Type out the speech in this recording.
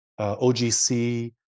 OGC